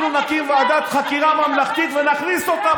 אנחנו נקים ועדת חקירה ממלכתית ונכניס אותם,